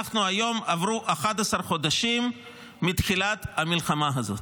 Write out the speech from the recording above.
היום, עברו 11 חודשים מתחילת המלחמה הזאת,